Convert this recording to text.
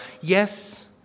Yes